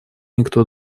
никто